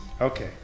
okay